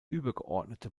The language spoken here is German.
übergeordnete